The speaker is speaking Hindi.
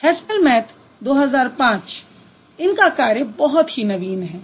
हैसपैलमैथ Haspelmath का कार्य बहुत ही नवीन है